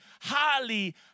highly